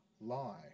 lie